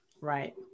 Right